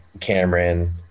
Cameron